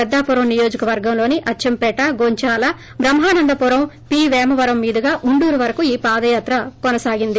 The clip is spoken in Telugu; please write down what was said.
పెద్దాపురం నియోజికవర్గంలోని అచ్చెంపేట గొంచాల బ్రహ్మానందపురం పీ వేమవరం మీదుగా ఉండూరు వరకు ఈ పాదయాత్ర కొనసాగింది